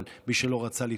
אבל מי שלא רצה לדחות,